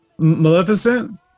Maleficent